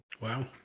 Wow